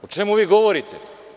O čemu vi govorite?